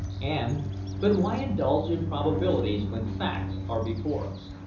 and but why indulge in probabilities when facts are before us?